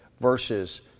versus